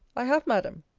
i have, madam.